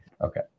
okay